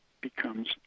becomes